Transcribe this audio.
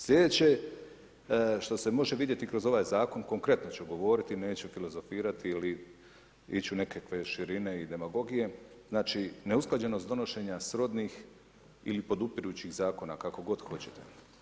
Slijedeće što se može vidjeti kroz ovaj zakon konkretno ću govoriti, neću filozofirati ili ići u neke širine i demagogije, znači neusklađenost donošenja srodnih ili podupirućih zakona, kako god hoćete.